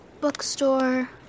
Bookstore